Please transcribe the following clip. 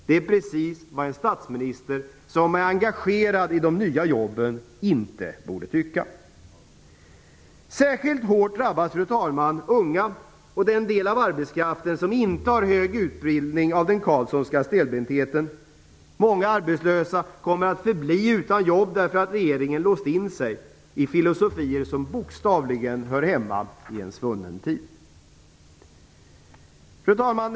Det är precis vad en statsminister som är engagerad i de nya jobben inte borde tycka. Särskilt hårt drabbas, fru talman, unga och den del av arbetskraften som inte har hög utbildning av den Carlssonska stelbentheten. Många arbetslösa kommer att förbli utan jobb därför att regeringen låst in sig i filosofier som bokstavligen hör hemma i en svunnen tid. Fru talman!